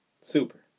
super